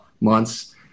months